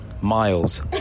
Miles